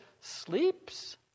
sleeps